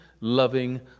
loving